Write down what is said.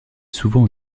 souvent